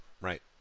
right